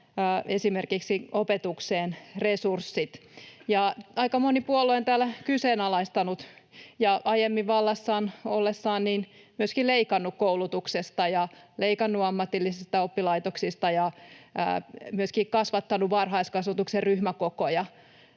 esimerkiksi opetukseen resurssit. Ja aika moni puolue on täällä kyseenalaistanut ne ja aiemmin vallassa ollessaan myöskin leikannut koulutuksesta ja leikannut ammatillisista oppilaitoksista ja myöskin kasvattanut varhaiskasvatuksen ryhmäkokoja.